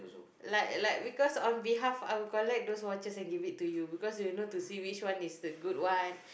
like like because on behalf I will collect those watches and give it to you because you know to see which one is the good one